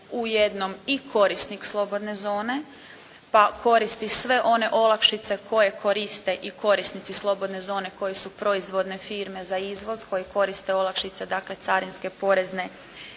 u jednom i korisnik slobodne zone pa koristi sve one olakšice koje koriste i korisnici slobodne zone koje su proizvodne firme za izvoz koji koriste olakšice, dakle carinske, porezne